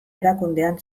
erakundean